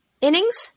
innings